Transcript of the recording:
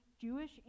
Jewish